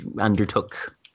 undertook